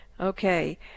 okay